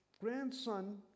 grandson